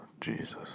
Jesus